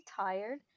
tired